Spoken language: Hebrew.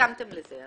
הסכמתם לזה.